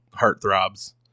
heartthrobs